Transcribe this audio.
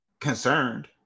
concerned